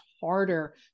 harder